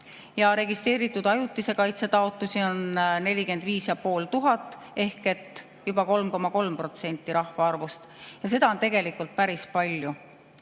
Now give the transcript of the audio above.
Ja registreeritud ajutise kaitse taotlusi on 45 500 ehk juba 3,3% rahvaarvust. Seda on tegelikult päris